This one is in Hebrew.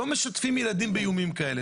לא משתפים ילדים באיומים כאלה.